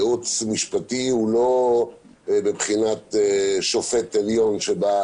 ייעוץ משפטי הוא לא מבחינת שופט עליון שבא